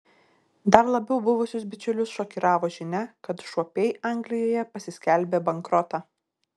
dar labiau buvusius bičiulius šokiravo žinia kad šuopiai anglijoje pasiskelbė bankrotą